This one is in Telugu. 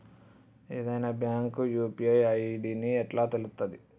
ఏదైనా బ్యాంక్ యూ.పీ.ఐ ఐ.డి ఎట్లా తెలుత్తది?